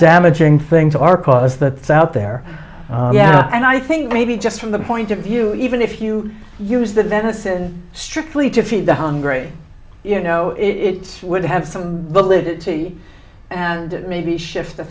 damaging thing to our cause that's out there and i think maybe just from the point of view even if you use the venison strictly to feed the hungry you know it would have some validity and maybe shift t